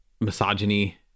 misogyny